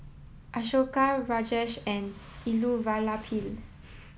Ashoka Rajesh and Elattuvalapil